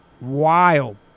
wild